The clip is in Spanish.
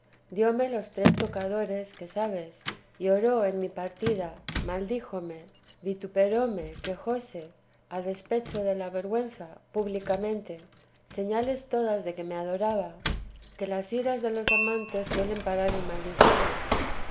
altisidora diome los tres tocadores que sabes lloró en mi partida maldíjome vituperóme quejóse a despecho de la vergüenza públicamente señales todas de que me adoraba que las iras de los amantes suelen parar en maldiciones